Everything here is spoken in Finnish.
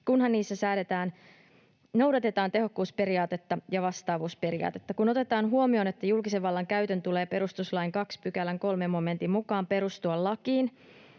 kunhan niissä noudatetaan tehokkuusperiaatetta ja vastaavuusperiaatetta. Kun otetaan huomioon, että julkisen vallan käytön tulee perustuslain 2 §:n 3 momentin mukaan perustua lakiin,